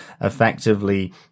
effectively